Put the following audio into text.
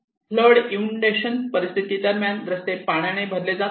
flood inundations परिस्थिती दरम्यान रस्ते पाण्याने भरले जातात